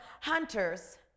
hunters